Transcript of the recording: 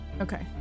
Okay